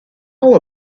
all